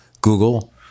Google